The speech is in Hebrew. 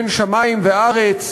בין שמים וארץ,